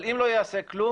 אבל אם לא ייעשה כלום